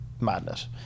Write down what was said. Madness